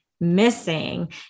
missing